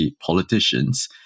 politicians